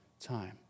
time